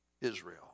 Israel